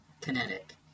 kinetic